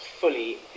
fully